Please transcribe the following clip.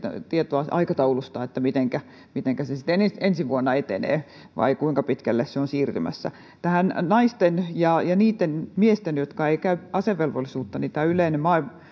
tietoa aikataulusta mitenkä mitenkä se sitten ensi vuonna etenee vai kuinka pitkälle se on siirtymässä tämä naisten ja ja niitten miesten jotka eivät käy asevelvollisuutta yleinen